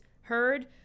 heard